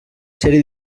sèrie